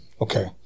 Okay